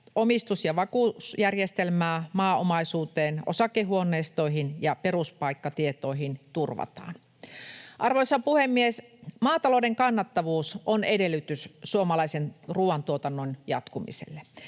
omistus- ja vakuusjärjestelmää maaomaisuuteen, osakehuoneistoihin ja peruspaikkatietoihin turvataan. Arvoisa puhemies! Maatalouden kannattavuus on edellytys suomalaisen ruuantuotannon jatkumiselle.